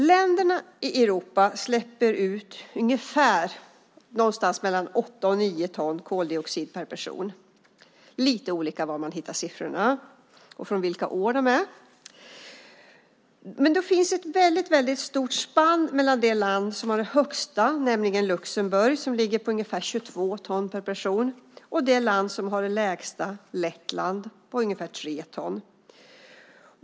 Länderna i Europa släpper ut någonstans mellan åtta och nio ton koldioxid per person. Det är lite olika beroende på var man hittar siffrorna och från vilka år de är. Det finns emellertid ett stort spann mellan det land som har det högsta värdet, nämligen Luxemburg som ligger på ungefär 22 ton per person, och det land som har det lägsta, Lettland som ligger på ungefär tre ton.